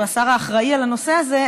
שהוא השר האחראי לנושא הזה,